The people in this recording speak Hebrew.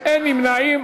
אין נמנעים.